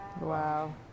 Wow